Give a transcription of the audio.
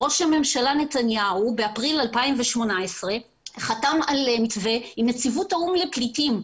ראש הממשלה נתניהו באפריל 2018 חתם על מתווה עם נציבות האו"מח לפליטים.